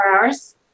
hours